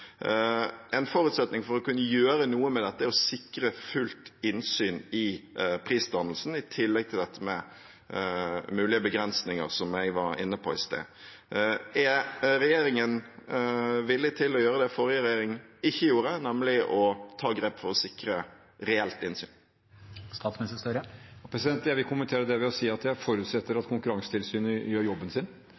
En forutsetning for å kunne gjøre noe med dette er å sikre fullt innsyn i prisdannelsen, i tillegg til dette med mulige begrensninger som jeg var inne på i sted. Er regjeringen villig til å gjøre det forrige regjering ikke gjorde, nemlig å ta grep for å sikre reelt innsyn? Jeg vil kommentere det ved å si at jeg forutsetter at Konkurransetilsynet gjør jobben sin.